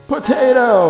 Potato